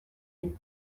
est